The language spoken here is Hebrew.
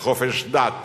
וחופש דת